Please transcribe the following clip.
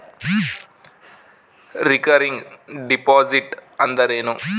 Recurring deposit ಅಂದರೇನು?